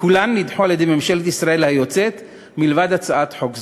וכולן נדחו על-ידי ממשלת ישראל היוצאת מלבד הצעת חוק זו,